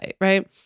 right